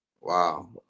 Wow